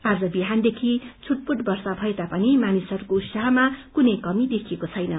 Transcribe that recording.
आज बिहानदेखि छूटपूट वर्षा भएता पनि मानिसहरूको उत्साहमा कुनै कमि देखिएको छैन